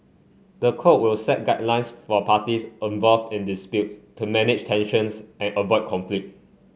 the code will set guidelines for parties involved in disputes to manage tensions and avoid conflict